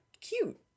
cute